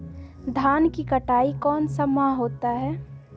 धान की कटाई कौन सा माह होता है?